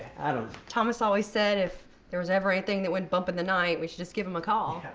adam. thomas always said if there was ever anything that went bump in the night, we should give him a call.